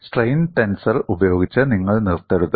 strain tensor ഉപയോഗിച്ച് നിങ്ങൾ നിർത്തരുത്